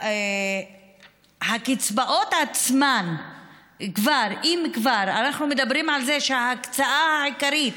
הקצבאות עצמן אנחנו מדברים על זה שההקצאה העיקרית